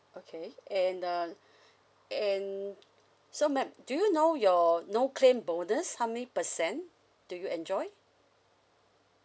okay and uh and so madam do you know your no claim bonus how many percent do you enjoy